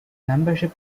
membership